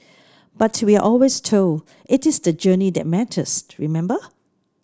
but we are always told it is the journey that matters remember